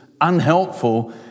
unhelpful